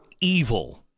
evil